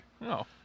no